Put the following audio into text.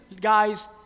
Guys